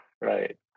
right